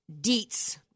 deets